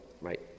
Right